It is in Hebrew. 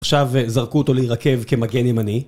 עכשיו זרקו אותו להירקב כמגן ימני